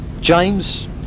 James